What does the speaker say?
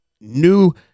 New